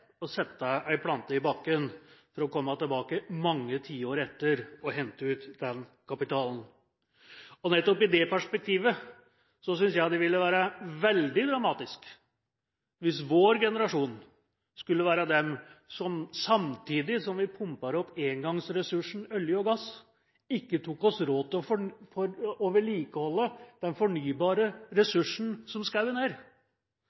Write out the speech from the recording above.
å sette en plante i bakken for å komme tilbake mange tiår etter og hente ut den kapitalen. Nettopp i det perspektivet synes jeg det ville være veldig dramatisk hvis vår generasjon skulle være den som samtidig som vi pumper opp engangsressursen olje og gass, ikke tok seg råd til å vedlikeholde den fornybare ressursen som skogen er. Like lite som den